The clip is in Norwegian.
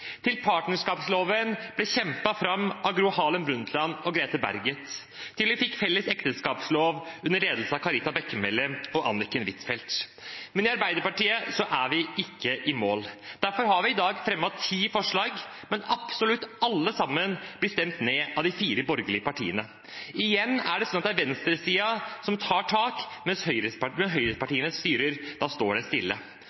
til partnerskapsloven ble kjempet fram av Gro Harlem Brundtland og Grete Berget, til vi fikk felles ekteskapslov under ledelse av Karita Bekkemellem og Anniken Huitfeldt. Men i Arbeiderpartiet er vi ikke i mål. Derfor har vi i dag fremmet ti forslag, men absolutt alle sammen blir stemt ned av de fire borgerlige partiene. Igjen er det venstresiden som tar tak, mens